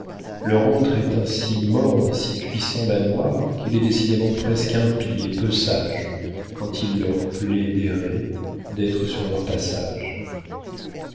leur antre est un si morne et si puissant manoir qu'il est décidément presque impie et peu sage quand il leur plaît d'errer d'être sur leur passage